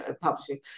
publishing